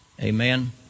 Amen